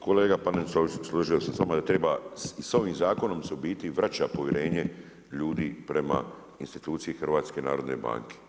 Kolega Paneniću, složio bih se sa vama da treba i sa ovim zakonom se u biti vraćanje povjerenje ljudi prema instituciji HNB.